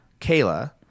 Kayla